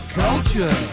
culture